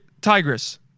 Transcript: Tigris